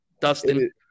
Dustin